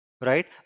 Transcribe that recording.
right